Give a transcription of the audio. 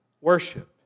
worship